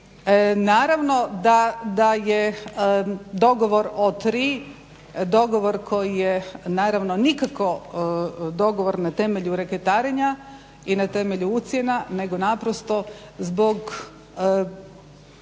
Naravno da je dogovor o tri dogovor koji je naravno nikako dogovor na temelju reketarenja i na temelju ucjena nego naprosto zbog